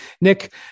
Nick